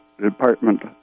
Department